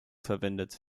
verwendet